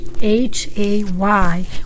H-A-Y